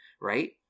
Right